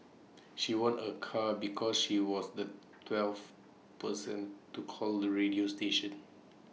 she won A car because she was the twelfth person to call the radio station